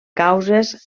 causes